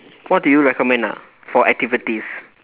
what do you recommend ah for activities